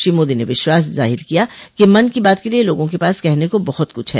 श्री मोदी ने विश्वास ज़ाहिर किया है कि मन की बात के लिए लोगों के पास कहने को बहुत कुछ है